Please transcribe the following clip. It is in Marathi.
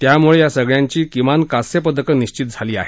त्यामुळे या सगळ्यांची किमान कांस्य पदकं निश्चित झाली आहेत